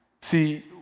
See